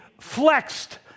flexed